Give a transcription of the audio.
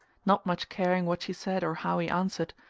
not much caring what she said or how he answered,